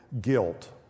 guilt